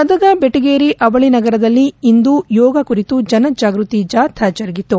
ಗದಗ ಬೆಟಗೇರಿ ಅವಳಿ ನಗರದಲ್ಲಿ ಇಂದು ಯೋಗ ಕುರಿತು ಜನ ಜಾಗ್ಯತಿ ಜಾಥಾ ಜರುಗಿತು